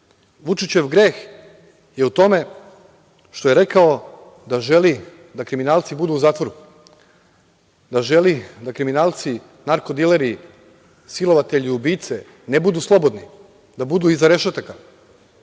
Vučićev greh je u tome što je rekao da želi da kriminalci budu u zatvoru, da želi da kriminalci, narko dileri, silovatelji i ubice ne budu slobodni, da budu iza rešetaka.